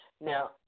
Now